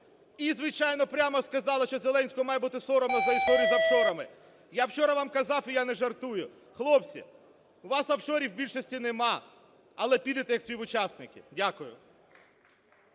і, звичайно, прямо сказала, що Зеленському має бути соромно за історію з офшорами. Я вчора вам казав і я не жартую. Хлопці, у вас офшорів в більшості нема, але підете як співучасники. Дякую.